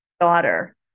daughter